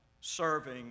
serving